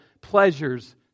pleasures